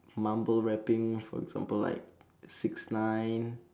mumble rapping for example like six nine